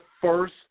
first